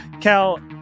Cal